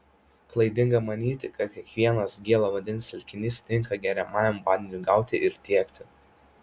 klaidinga manyti kad kiekvienas gėlo vandens telkinys tinka geriamajam vandeniui gauti ir tiekti